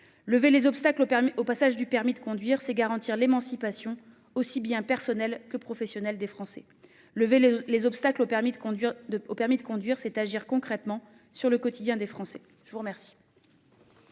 Lever les obstacles au passage du permis de conduire, c'est garantir l'émancipation, aussi bien personnelle que professionnelle, des Français. Lever les obstacles au passage du permis de conduire, c'est agir concrètement sur le quotidien des Français. La parole